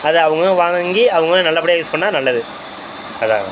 அது அவங்களும் வாங்கி அவங்களும் நல்லபடியாக யூஸ் பண்ணா நல்லது அதாங்க